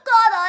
God